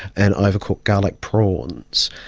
and overcooked garlic prawns.